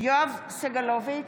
יואב סגלוביץ'